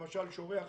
למשל, כשאורח